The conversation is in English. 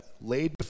laid